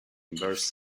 inverse